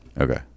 okay